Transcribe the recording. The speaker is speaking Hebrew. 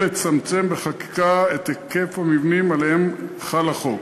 לצמצם בחקיקה את היקף המבנים שעליהם חל החוק,